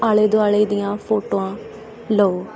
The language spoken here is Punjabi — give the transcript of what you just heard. ਆਲੇ ਦੁਆਲੇ ਦੀਆਂ ਫੋਟੋਆਂ ਲਓ